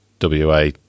WA